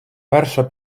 перша